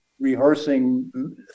rehearsing